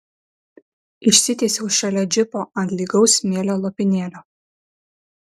išsitiesiau šalia džipo ant lygaus smėlio lopinėlio